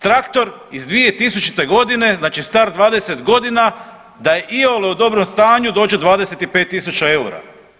Traktor iz 2000. godine, znači star 20 godina, da je iole u dobrom stanju dođe 25000 eura.